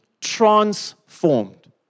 transformed